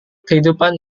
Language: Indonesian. kehidupan